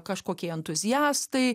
kažkokie entuziastai